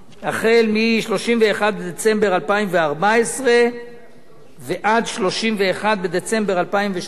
החל מ-31 בדצמבר 2014 ועד 31 בדצמבר 2018,